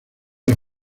las